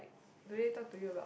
do they talk to you about